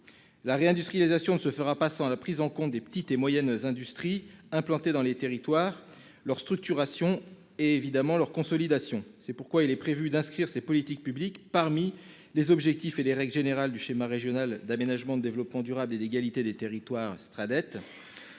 La réindustrialisation ne se fera pas sans prendre en compte les petites et moyennes industries implantées dans les territoires, leur structuration et leur consolidation. C'est pourquoi nous proposons d'inscrire ces politiques publiques parmi les objectifs et les règles générales du schéma régional d'aménagement, de développement durable et d'égalité des territoires. Au travers